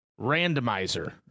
Randomizer